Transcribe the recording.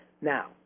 Now